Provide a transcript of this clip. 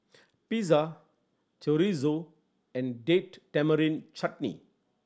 Pizza Chorizo and Date Tamarind Chutney